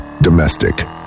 Domestic